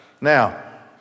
Now